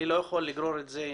אני לא יכול לגרור את זה.